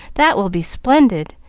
that will be splendid.